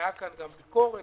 ונשמעה כאן ביקורת